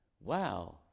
Wow